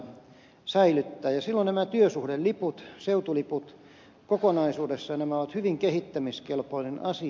silloin nämä työsuhdeliput seutuliput kokonaisuudessaan ovat hyvin kehittämiskelpoinen asia